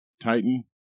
Titan